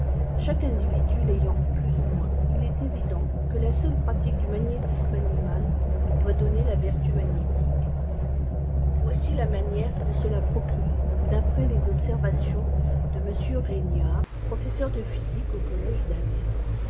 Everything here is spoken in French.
chaque individu l'ayant plus ou moins il est évident que la seule pratique du magnétisme âpimal doit donner la vertu magnétique voici la manièi e de se la procurer d'après des observationse m regniard professeur de physique au collège d'amiens